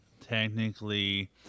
technically